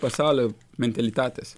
pasaulio mentalitatas